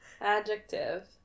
Adjective